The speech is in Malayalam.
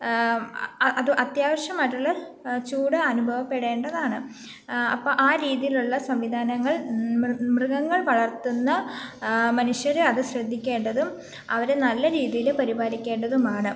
അത് അത്യാവശ്യമായിട്ടുള്ള ചൂട് അനുഭവപ്പെടേണ്ടതാണ് അപ്പോൾ ആ രീതിയിലുള്ള സംവിധാനങ്ങൾ മൃ മൃഗങ്ങൾ വളർത്തുന്ന മനുഷ്യരെ അതു ശ്രദ്ധിക്കേണ്ടതും അവരെ നല്ല രീതിയിൽ പരിപാലിക്കേണ്ടതുമാണ്